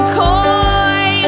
coy